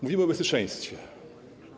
Mówimy o bezpieczeństwie.